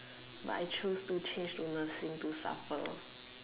but I choose to change to nursing to suffer